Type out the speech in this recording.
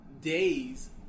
Days